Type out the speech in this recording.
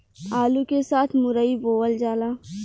आलू के साथ मुरई बोअल जाला